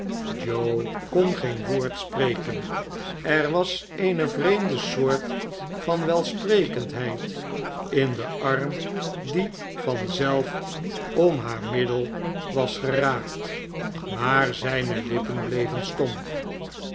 joe kon geen woord spreken er was eene vreemde soort van welsprekendheid in den arm die van zelf om haar midden was geraakt maar zijne lippen bleven stom